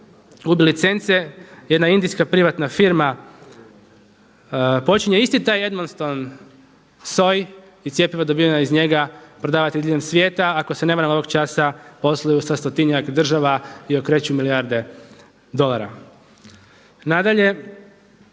gubi licence jedna indijska privatna firma počinje taj isti taj … soji i cjepivo dobiveno iz njega prodavati diljem svijeta. Ako se ne varam ovog časa posluju sa stotinjak država i okreću milijarde dolara. Nadalje,